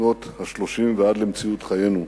משנות ה-30 ועד למציאות חיינו,